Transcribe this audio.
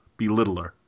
belittler